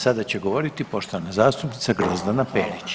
Sada će govoriti poštovana zastupnica Grozdana Perić.